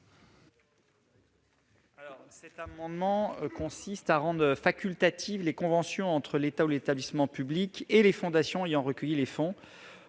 Cet amendement vise à rendre facultatives les conventions entre l'État ou l'établissement public et les fondations ayant recueilli les fonds